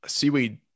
seaweed